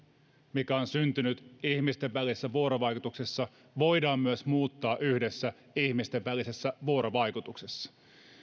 mikä on syntynyt ihmisten välisessä vuorovaikutuksessa voidaan myös muuttaa yhdessä ihmisten välisessä vuorovaikutuksessa